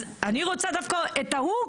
אז אני רוצה דווקא את ההוא,